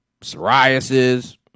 psoriasis